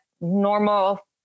normal